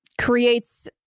creates